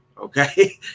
Okay